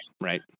Right